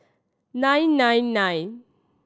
nine nine nine